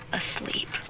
asleep